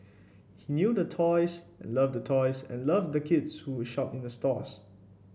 he knew the toys and loved the toys and loved the kids who would shop in the stores